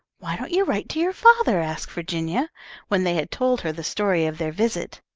why don't you write to your father? asked virginia, when they had told her the story of their visit.